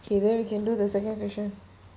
K then we can do the second question